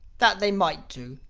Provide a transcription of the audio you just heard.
that they might do.